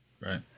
Right